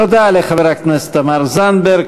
תודה לחברת הכנסת תמר זנדברג.